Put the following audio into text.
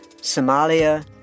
Somalia